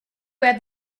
where